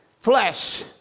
Flesh